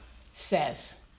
says